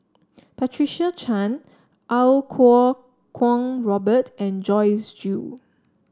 Patricia Chan Iau Kuo Kwong Robert and Joyce Jue